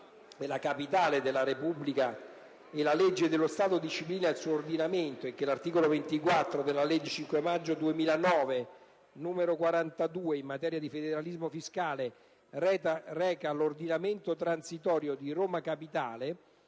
è la capitale della Repubblica. La legge dello Stato disciplina il suo ordinamento» e che l'articolo 24 della legge 5 maggio 2009, n. 42, in materia di federalismo fiscale reca l'ordinamento transitorio di Roma capitale,